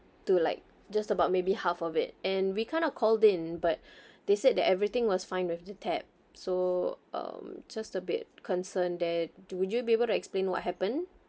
to like just about maybe half of it and we kind of called in but they said that everything was fine with the tap so um just a bit concerned there do would you be able to explain what happened